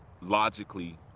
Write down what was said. Logically